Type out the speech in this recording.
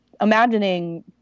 imagining